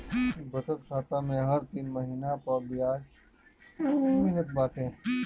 बचत खाता में हर तीन महिना पअ बियाज मिलत बाटे